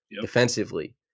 defensively